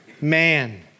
Man